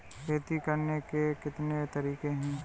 खेती करने के कितने तरीके हैं?